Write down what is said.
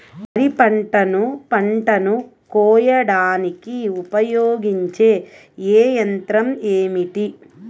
వరిపంటను పంటను కోయడానికి ఉపయోగించే ఏ యంత్రం ఏమిటి?